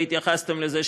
והתייחסתם לזה,